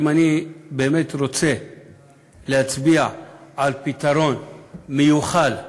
אם אני באמת רוצה להצביע על פתרון מיוחל,